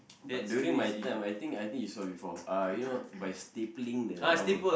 but during my time I think I think you saw before uh you know by stapling the rubber